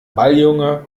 balljunge